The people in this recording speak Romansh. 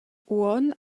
uonn